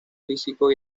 físico